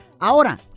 Ahora